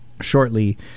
shortly